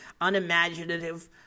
unimaginative